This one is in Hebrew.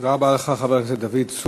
תודה רבה לך, חבר הכנסת דוד צור.